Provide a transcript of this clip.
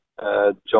John